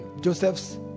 Joseph's